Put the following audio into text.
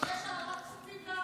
אבל יש העלאת כספים,